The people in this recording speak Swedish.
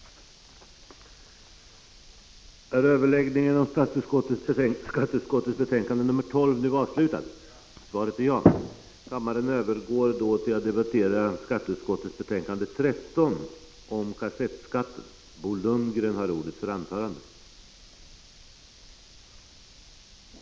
12 december 1985